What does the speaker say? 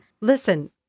Listen